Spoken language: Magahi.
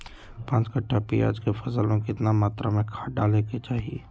पांच कट्ठा प्याज के फसल में कितना मात्रा में खाद डाले के चाही?